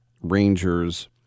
Rangers